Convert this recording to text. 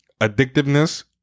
addictiveness